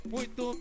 Muito